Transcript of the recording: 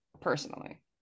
personally